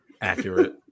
Accurate